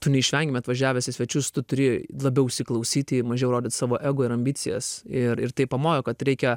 tu neišvengiamai atvažiavęs į svečius tu turi labiau įsiklausyti mažiau rodyt savo ego ir ambicijas ir ir tai pamojo kad reikia